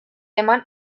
eman